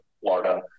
Florida